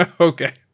Okay